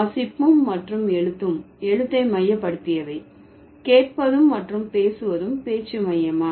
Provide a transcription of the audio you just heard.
வாசிப்பும் மற்றும் எழுத்தும் எழுத்தை மையப்படுத்தியவை கேட்பதும் மற்றும் பேசுவதும் பேச்சு மையமா